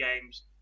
games